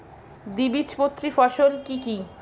দ্বিবীজপত্রী ফসল কি কি?